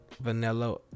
vanilla